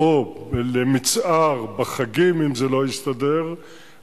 בוועדת הכלכלה, ראיתי את רשימת